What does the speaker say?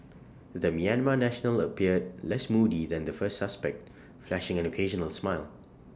the Myanmar national appeared less moody than the first suspect flashing an occasional smile